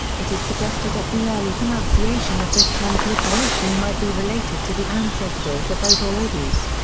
it is suggested that the early pronunciation of this transliteration might be related to the ancestors of oghur oghuz.